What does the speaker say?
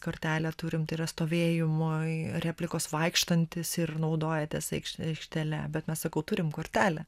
kortelė turim tai yra stovėjimui replikos vaikštantis ir naudojatės aikš aikštele bet mes sakau turim kortelę